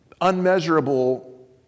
unmeasurable